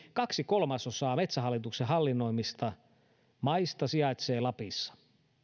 kaksi kolmasosaa metsähallituksen hallinnoimista maista sijaitsee lapissa